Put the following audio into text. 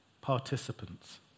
participants